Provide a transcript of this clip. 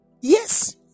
Yes